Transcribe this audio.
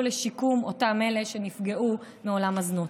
לשיקום אותם אלה שנפגעו מעולם הזנות.